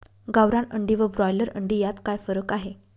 गावरान अंडी व ब्रॉयलर अंडी यात काय फरक आहे?